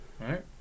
right